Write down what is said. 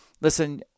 listen